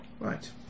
Right